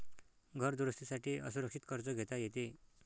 घर दुरुस्ती साठी असुरक्षित कर्ज घेता येते